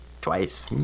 twice